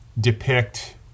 depict